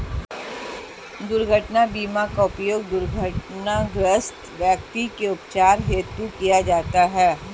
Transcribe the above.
दुर्घटना बीमा का उपयोग दुर्घटनाग्रस्त व्यक्ति के उपचार हेतु किया जाता है